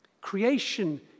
Creation